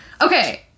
Okay